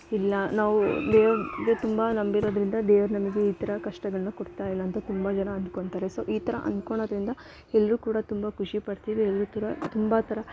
ಇಲ್ಲ ನಾವು ದೇವ್ರಿಗೆ ತುಂಬ ನಂಬಿರೋದರಿಂದ ದೇವ್ರು ನಮಗೆ ಈ ಥರ ಕಷ್ಟಗಳನ್ನ ಕೊಡ್ತಾ ಇಲ್ಲ ಅಂತ ತುಂಬ ಜನ ಅಂದ್ಕೊಂತಾರೆ ಸೊ ಈ ಥರ ಅಂದ್ಕೋಳೋದ್ರಿಂದ ಎಲ್ಲರೂ ಕೂಡ ತುಂಬ ಖುಷಿ ಪಡ್ತೀವಿ ಎಲ್ಲಿರ್ತೀರ ತುಂಬ ಥರ